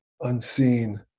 unseen